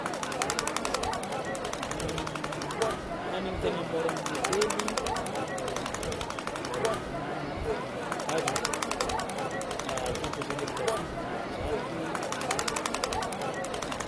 Hanigny tegna mora amin'ny hôtely: voalohany vary amin'anahagna vary amin'anahagna arivo, kômpôze ndraiky lasopy dimanjato, arivo.